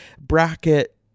bracket